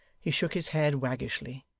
he shook his head waggishly,